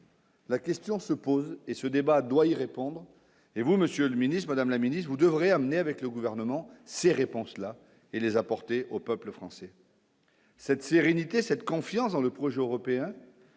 La question se pose, et ce débat doit y répondre et vous Monsieur le Ministre, Madame la Ministre, vous devrez amener avec le gouvernement, ces réponses-là et les apporter au peuple français. Cette sérénité, cette confiance dans le projet européen,